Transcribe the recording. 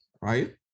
right